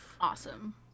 Awesome